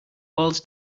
boils